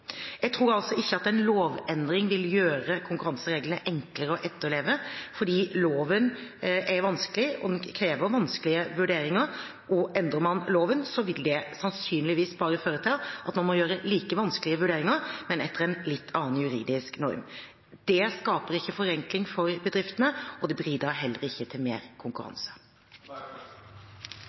Jeg tror altså ikke at en lovendring vil gjøre konkurransereglene enklere å etterleve, for loven er vanskelig, og den krever vanskelige vurderinger. Endrer man loven, vil det sannsynligvis bare føre til at man må gjøre like vanskelige vurderinger, men etter en litt annen juridisk norm. Det skaper ikke forenkling for bedriftene, og det bidrar heller ikke til mer konkurranse.